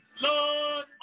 Lord